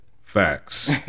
Facts